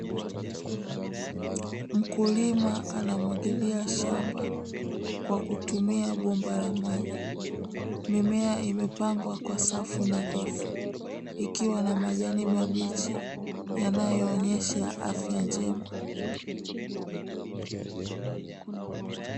Mkulima anamwagilia shamba kwa kutumia bomba la maji, mimea imepangwa kwa safu nadhifu, ikiwa na majani mabichi yanayoonesha afya njema.